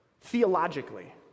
theologically